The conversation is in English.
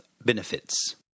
benefits